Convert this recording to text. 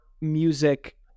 music